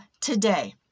today